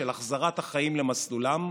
של החזרת החיים למסלולם,